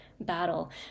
battle